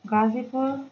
غازی پور